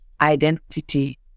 identity